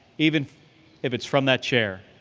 even if it's from that chair.